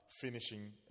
finishing